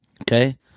Okay